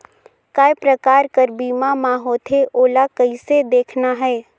काय प्रकार कर बीमा मा होथे? ओला कइसे देखना है?